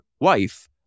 wife